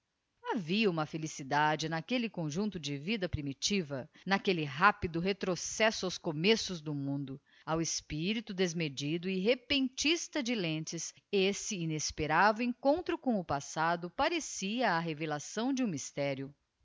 havia uma felicidade n'aquelle conjuncto de vida primitiva n'aquelle rápido retrocesso aos começos do mundo ao espirito desmedido e repentista de lentz esse inesperado encontro com o passado parecia a revelação de um mysterio